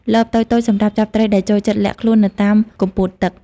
លបតូចៗ សម្រាប់ចាប់ត្រីដែលចូលចិត្តលាក់ខ្លួននៅតាមគុម្ពោតទឹក។